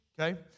okay